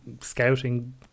scouting